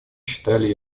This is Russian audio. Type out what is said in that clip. считали